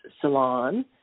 salon